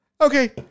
Okay